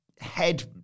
Head